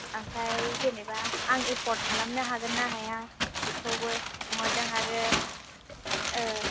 ओमफ्राय जेनेबा आं एफर्ट खालामनो हागोन ना हाया बेखौबो सोंहरदों आरो